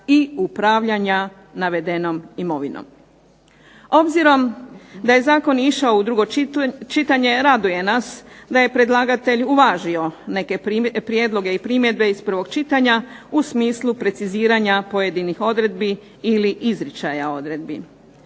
i upravljanja navedenom imovinom. Obzirom da je zakon išao u drugo čitanje, raduje nas da je predlagatelj uvažio neke prijedloge i primjedbe iz prvog čitanja, u smislu preciziranja pojedinih odredbi ili izričaja odredbi.